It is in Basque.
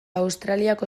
australiako